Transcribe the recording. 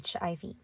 HIV